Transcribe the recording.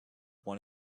one